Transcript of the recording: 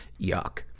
Yuck